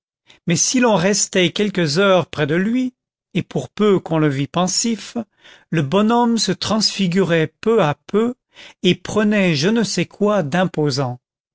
mais si l'on restait quelques heures près de lui et pour peu qu'on le vît pensif le bonhomme se transfigurait peu à peu et prenait je ne sais quoi d'imposant